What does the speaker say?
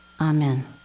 Amen